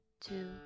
two